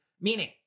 meaning